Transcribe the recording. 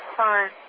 fine